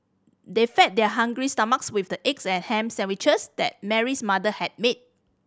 they fed their hungry stomachs with the eggs and ham sandwiches that Mary's mother had made